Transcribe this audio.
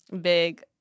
big